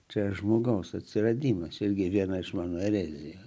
čia žmogaus atsiradimas irgi viena iš mano erezijų